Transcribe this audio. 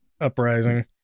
uprising